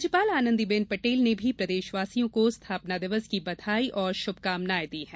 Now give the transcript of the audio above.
राज्यपाल आनंदीबेन पटेल ने भी प्रदेशवासियों को स्थापना दिवस की बधाई और शुभकामनाएं दी हैं